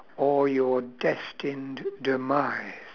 or your destined demise